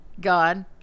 God